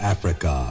Africa